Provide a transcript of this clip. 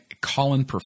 Colin